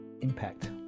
impact